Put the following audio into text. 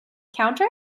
counter